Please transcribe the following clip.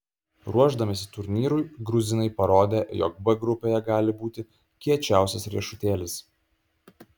ruošdamiesi turnyrui gruzinai parodė jog b grupėje gali būti kiečiausias riešutėlis